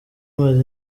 amazi